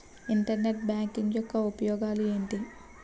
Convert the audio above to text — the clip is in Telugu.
ఇంటర్నెట్ బ్యాంకింగ్ యెక్క ఉపయోగాలు ఎంటి?